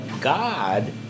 God